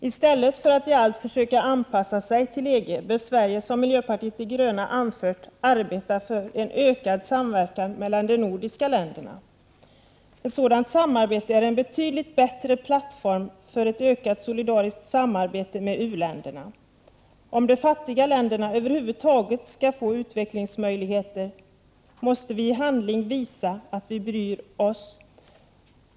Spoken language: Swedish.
I stället för att i allt försöka anpassa sig till EG bör Sverige, som miljöpartiet de gröna anfört, arbeta för en ökad samverkan mellan de nordiska länderna. Ett sådant samarbete är en betydligt bättre plattform för ett ökat solidariskt samarbete med u-länderna. Om de fattiga länderna över huvud taget skall få utvecklingsmöjligheter måste vi i handling visa att vi bryr oss.